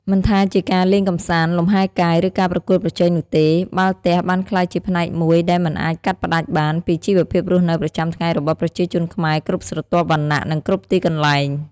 មិនថាជាការលេងកម្សាន្ត លំហែរកាយ ឬការប្រកួតប្រជែងនោះទេ បាល់ទះបានក្លាយជាផ្នែកមួយដែលមិនអាចកាត់ផ្ដាច់បានពីជីវភាពរស់នៅប្រចាំថ្ងៃរបស់ប្រជាជនខ្មែរគ្រប់ស្រទាប់វណ្ណៈ និងគ្រប់ទីកន្លែង។